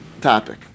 topic